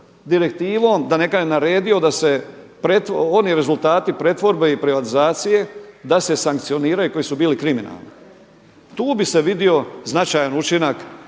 da ne kažem naredio, da se oni rezultati pretvorbe i privatizacije da se sankcioniraju koji su bili kriminalni. Tu bi se vidio značajan učinak